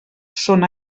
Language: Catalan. són